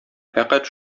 фәкать